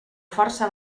força